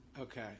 Okay